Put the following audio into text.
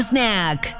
Snack